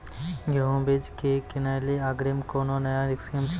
गेहूँ बीज की किनैली अग्रिम कोनो नया स्कीम छ?